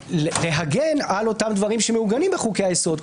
להגן על אותם דברים שמעוגנים בחוקי היסוד,